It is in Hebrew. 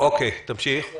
תיכף